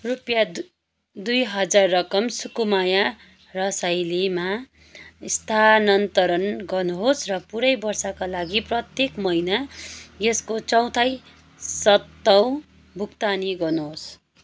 रुपियाँ दुई हजार रकम सुकुमाया रसाइलीमा स्थानान्तरण गर्नुहोस् र पूरै वर्षका लागि प्रत्येक महिना यसको चौथाइ स्वतः भुक्तानी गर्नुहोस्